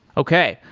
okay.